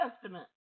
Testament